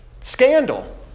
Scandal